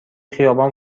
خیابان